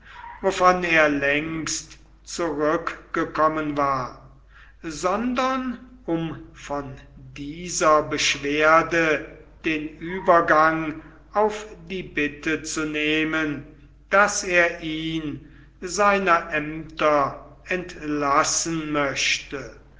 wovon er längst zurückgekommen war sondern um von dieser beschwerde den uebergang auf die bitte zu nehmen daß er ihn seiner aemter entlassen möchte